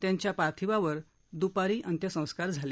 त्यांच्या पार्थिवावार दूपारी अंत्यसंस्कार झाले